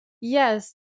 yes